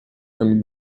and